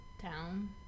town